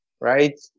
right